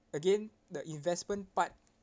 again the investment part